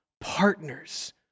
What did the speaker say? partners